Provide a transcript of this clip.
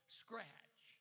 scratch